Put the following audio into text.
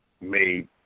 made